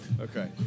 Okay